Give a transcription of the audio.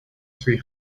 three